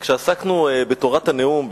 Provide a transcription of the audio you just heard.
כשעסקנו בתורת הנאום,